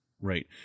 Right